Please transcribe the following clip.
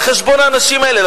על חשבון האנשים האלה.